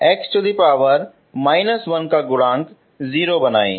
और इसी तरह x−1 का गुणांक 0 बनाएं